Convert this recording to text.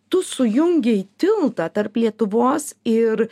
tu sujungei tiltą tarp lietuvos ir